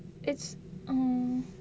is um